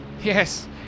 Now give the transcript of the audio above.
Yes